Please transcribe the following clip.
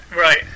Right